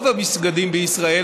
רוב המסגדים בישראל,